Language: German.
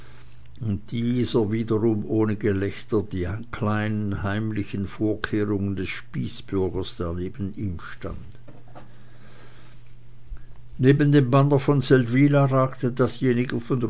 und dieser wiederum ohne gelächter die kleinen heimlichen vorkehrungen des spießbürgers der neben ihm stand neben dem banner von seldwyla ragte dasjenige von